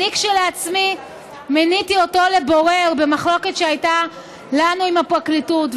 אני עצמי מיניתי אותו לבורר במחלוקת שהייתה לנו עם הפרקליטות,